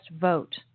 vote